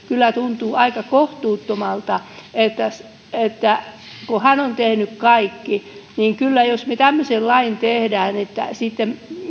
kyllä tuntuu aika kohtuuttomalta että kun hän on tehnyt kaikki niin jos me tämmöisen lain teemme että sitten